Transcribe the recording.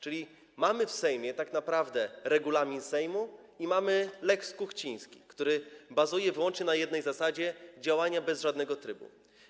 Czyli mamy w Sejmie tak naprawdę regulamin Sejmu i mamy lex Kuchciński, który bazuje wyłącznie na jednej zasadzie: działanie bez żadnego trybu.